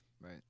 right